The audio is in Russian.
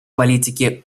политики